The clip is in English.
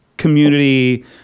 Community